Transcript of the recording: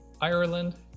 Ireland